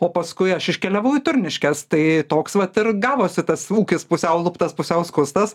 o paskui aš iškeliavau į turniškes tai toks vat ir gavosi tas ūkis pusiau luptas pusiau skustas